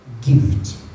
gift